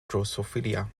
drosophila